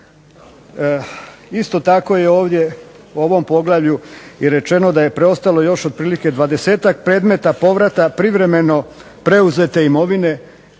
Isto tako je ovdje u ovom poglavlju i rečeno da je preostalo još otprilike 20-tak predmeta povrata privremeno preuzete imovine